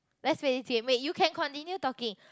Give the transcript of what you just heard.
let's play this game wait you can continue talking